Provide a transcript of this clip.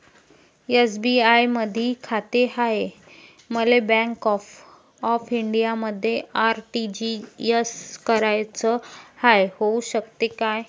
SBI मधी खाते हाय, मले बँक ऑफ इंडियामध्ये आर.टी.जी.एस कराच हाय, होऊ शकते का?